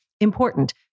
important